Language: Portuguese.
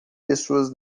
pessoas